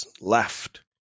left